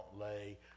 lay